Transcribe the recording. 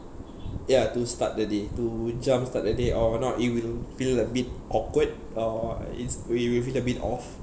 ya to start the day to jump start the day or not it will feel a bit awkward or its w~ with a bit off